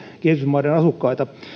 kehitysmaiden asukkaita